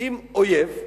עם אויב.